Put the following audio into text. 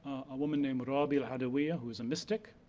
a woman named rabi'a al-'adawiyya who was a mystic,